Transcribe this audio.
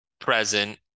present